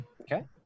Okay